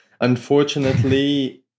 unfortunately